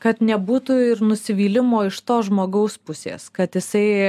kad nebūtų ir nusivylimo iš to žmogaus pusės kad jisai